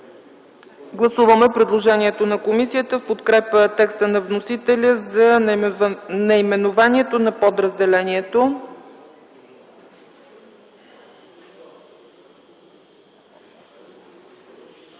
Гласуваме предложението на комисията в подкрепа текста на вносителя за наименованието на подразделението.